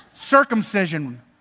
Circumcision